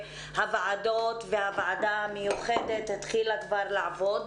שהוועדות והוועדה המיוחדת התחילו לעבוד.